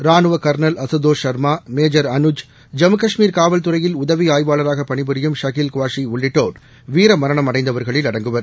ராணுவக்னல் Ashutosh Sharma major Jammu Kashmir காவல்துறையில் அனுஜ் உதவிஆய்வாளராகபணிபுரியும் ஷகில் குவாஷிஉள்ளிட்டோர் வீரமரணம் அடைந்தவர்களில் அடங்குவர்